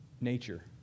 nature